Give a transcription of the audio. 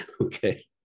Okay